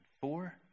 Four